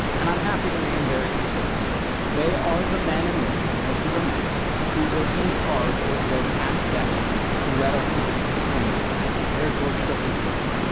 and i'm happy to name very specific names. they are the men and women mostly the men who were in charge over the past decades, who led our country to the point it is now. they are george w. bush.